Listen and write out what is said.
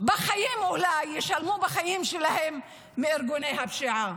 ישלמו בחיים שלהם אצל ארגוני הפשיעה.